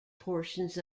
portions